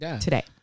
today